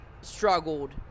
struggled